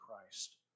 Christ